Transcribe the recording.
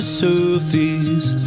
surface